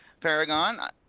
Paragon